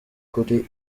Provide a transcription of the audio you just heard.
kuri